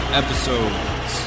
episodes